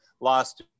lost